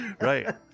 right